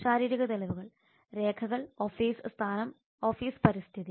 ശാരീരിക തെളിവുകൾ രേഖകൾ ഓഫീസ് സ്ഥാനം ഓഫീസ് പരിസ്ഥിതി